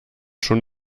schon